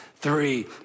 three